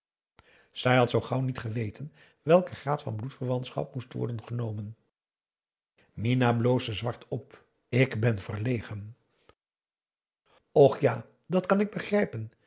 zij had zoo gauw niet geweten welken graad van bloedverwantschap moest worden genomen minah bloosde zwart op ik ben verlegen och ja dat kan ik begrijpen